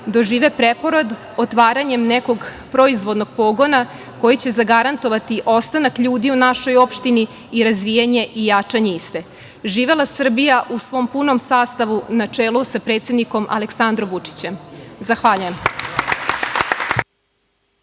dožive preporod otvaranjem nekog proizvodnog pogona, koji će zagarantovat ostanak ljudi u našoj opštini i razvijanje i jačanje iste. Živela Srbija, u svom punom sastavu, na čelu sa predsednikom Aleksandrom Vučićem. Zahvaljujem